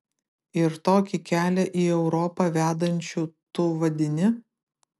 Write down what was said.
ir tokį kelią į europą vedančiu tu vadini